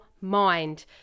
mind